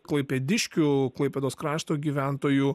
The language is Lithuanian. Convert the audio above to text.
klaipėdiškių klaipėdos krašto gyventojų